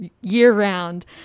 year-round